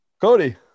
Cody